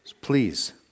Please